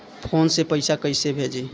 Phone से पैसा कैसे भेजी?